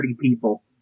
people